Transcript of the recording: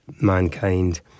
mankind